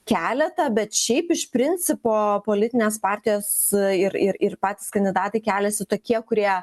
keleta bet šiaip iš principo politinės partijos ir ir ir patys kandidatai keliasi tokie kurie